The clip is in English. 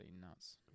nuts